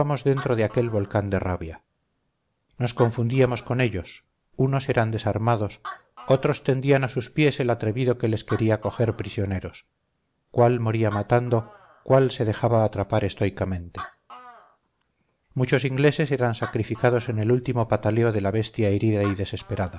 dentro de aquel volcán de rabia nos confundíamos con ellos unos eran desarmados otros tendían a sus pies al atrevido que les quería coger prisioneros cuál moría matando cuál se dejaba atrapar estoicamente muchos ingleses eran sacrificados en el último pataleo de la bestia herida y desesperada